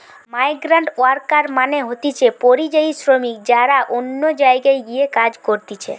migrant worker মানে হতিছে পরিযায়ী শ্রমিক যারা অন্য জায়গায় গিয়ে কাজ করতিছে